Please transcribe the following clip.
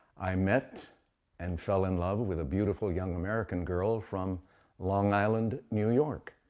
i met and fell in love with a beautiful young american girl from long island, new york.